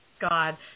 God